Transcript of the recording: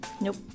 Nope